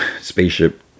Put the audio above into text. spaceship